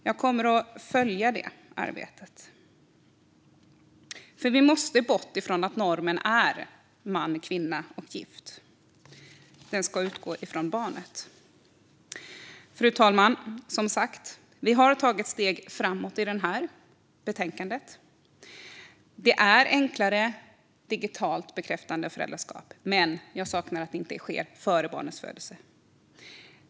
Jag kommer att följa det arbetet. Vi måste bort från att normen är man, kvinna och gift. Den ska utgå från barnet. Fru talman! Vi har som sagt tagit steg framåt i betänkandet. Det är enklare med ett digitalt bekräftande av föräldraskap, men jag saknar att det inte sker före barnets födelse.